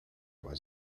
was